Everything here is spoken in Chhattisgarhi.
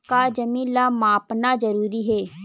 का जमीन ला मापना जरूरी हे?